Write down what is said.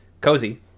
Cozy